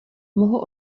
mohu